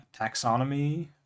taxonomy